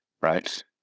right